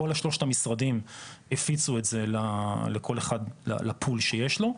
כל שלושת המשרדים הפיצו את זה לפול שיש לו.